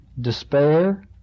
despair